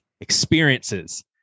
experiences